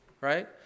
right